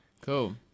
Cool